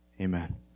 Amen